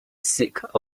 sick